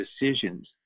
decisions